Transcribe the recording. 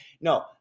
No